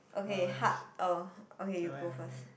okay hard oh okay you go first